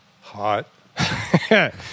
Hot